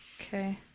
Okay